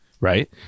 right